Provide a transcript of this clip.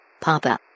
Papa